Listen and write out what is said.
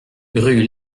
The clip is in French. rue